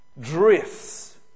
drifts